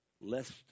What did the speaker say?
lest